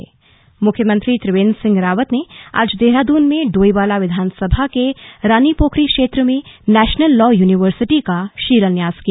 slug law university मुख्यमंत्री त्रिवेन्द्र सिंह रावत ने आज देहरादून में डोईवाला विधानसभा के रानीपोखरी क्षेत्र में नेशनल लॉ यूनिवर्सिटी का शिलान्यास किया